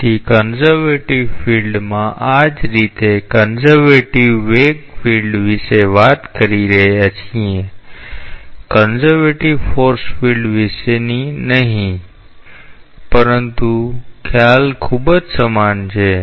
તેથી કન્ઝર્વેટિવ ફિલ્ડમાં આ જ રીતે આ કન્ઝર્વેટિવ વેગ ફિલ્ડ વિશે વાત કરી રહ્યા છીએ કન્ઝર્વેટિવ ફોર્સ ફિલ્ડ વિષે ની નહીં પરંતુ ખ્યાલ ખૂબ સમાન છે